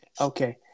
Okay